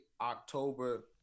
October